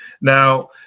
Now